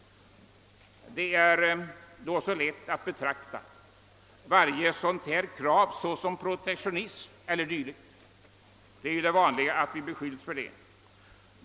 Det är så lätt att betrakta varje krav av denna art som protektionism eller dylikt, det är vanligt att vi beskylls för sådan.